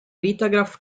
vitagraph